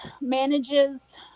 manages